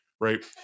right